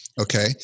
Okay